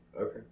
Okay